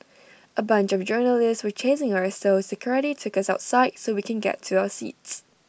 A bunch of journalists were chasing us so security took us outside so we can get to our seats